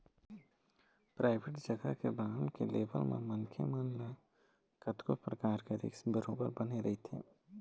private जघा के bond के लेवई म मनखे मन ल कतको परकार के रिस्क बरोबर बने रहिथे